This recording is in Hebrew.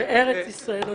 בארץ ישראל.